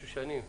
מעניין,